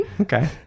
Okay